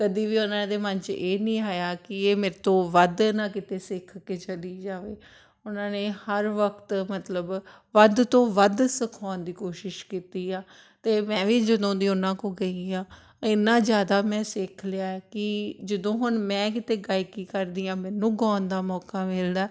ਕਦੀ ਵੀ ਉਹਨਾਂ ਦੇ ਮਨ 'ਚ ਇਹ ਨਹੀਂ ਆਇਆ ਕਿ ਇਹ ਮੇਰੇ ਤੋਂ ਵੱਧ ਨਾ ਕਿਤੇ ਸਿੱਖ ਕੇ ਚਲੀ ਜਾਵੇ ਉਹਨਾਂ ਨੇ ਹਰ ਵਕਤ ਮਤਲਬ ਵੱਧ ਤੋਂ ਵੱਧ ਸਿਖਾਉਣ ਦੀ ਕੋਸ਼ਿਸ਼ ਕੀਤੀ ਆ ਅਤੇ ਮੈਂ ਵੀ ਜਦੋਂ ਦੀ ਉਹਨਾਂ ਕੋਲ ਗਈ ਹਾਂ ਇੰਨਾ ਜ਼ਿਆਦਾ ਮੈਂ ਸਿੱਖ ਲਿਆ ਕਿ ਜਦੋਂ ਹੁਣ ਮੈਂ ਕਿਤੇ ਗਾਇਕੀ ਕਰਦੀ ਹਾਂ ਮੈਨੂੰ ਗਾਉਣ ਦਾ ਮੌਕਾ ਮਿਲਦਾ